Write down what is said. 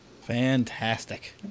Fantastic